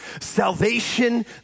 Salvation